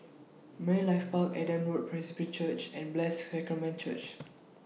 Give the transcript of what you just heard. Marine Life Park Adam Road Presbyterian Church and Blessed Sacrament Church